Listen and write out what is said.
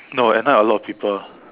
no at night a lot of people